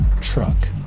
truck